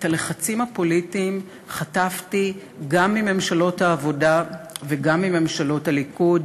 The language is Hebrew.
את הלחצים הפוליטיים חטפתי גם מממשלות העבודה וגם מממשלות הליכוד,